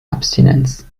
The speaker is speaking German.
abstinenz